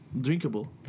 drinkable